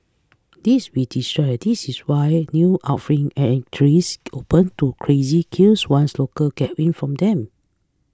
lest we destroy this is why open to crazy queues once local get wind of them